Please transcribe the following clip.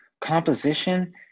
composition